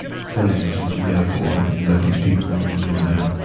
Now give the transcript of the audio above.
play that's what you're there for. and you let these people enjoy their,